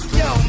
yo